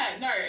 no